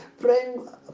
praying